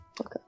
Okay